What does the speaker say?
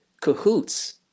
cahoots